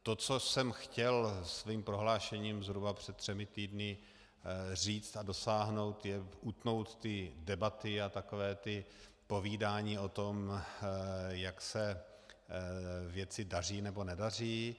To, čeho jsem chtěl svým prohlášením zhruba před třemi týdny říci a dosáhnout, je utnout debaty a taková ta povídání o tom, jak se věci daří nebo nedaří.